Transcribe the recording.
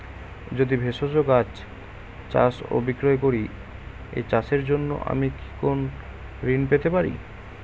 আমি ভেষজ গাছ চাষ ও বিক্রয় করি এই চাষের জন্য আমি কি কোন ঋণ পেতে পারি?